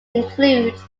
include